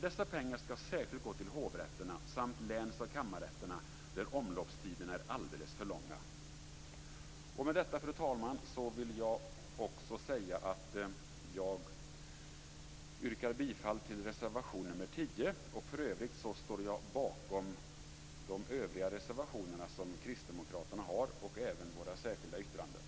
Dessa pengar skall särskilt gå till hovrätterna samt läns och kammarrätterna där omloppstiderna är alldeles för långa. Fru talman! Jag yrkar bifall till reservation nr 10. För övrigt står jag bakom de övriga reservationerna som kristdemokraterna har och även våra särskilda yttranden.